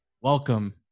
welcome